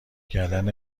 کردن